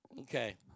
Okay